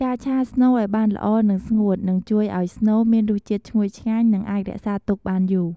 ការឆាស្នូលឲ្យបានល្អ និងស្ងួត នឹងជួយឲ្យស្នូលមានរសជាតិឈ្ងុយឆ្ងាញ់ និងអាចរក្សាទុកបានយូរ។